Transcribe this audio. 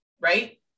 right